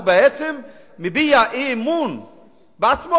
הוא בעצם מביע אי-אמון בעצמו,